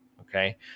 okay